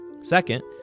Second